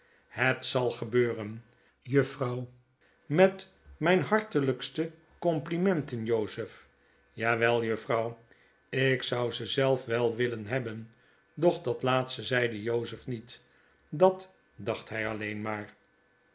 het zal gebeuren juffrouw met mijn hartelijkste complimenten jozef jawel juffrouw ik zou ze zelf wel willen hebben doch dat laatste zeide jozef niet dat dacht hij alleen maar